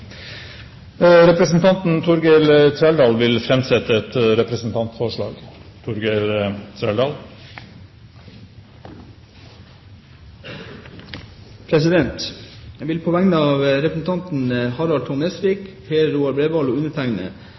Representanten Torgeir Trældal vil framsette et representantforslag. Jeg vil på vegne av representantene Harald T. Nesvik, Per Roald Bredvold og